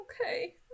Okay